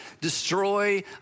destroy